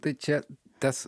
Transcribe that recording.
tai čia tas